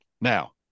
Now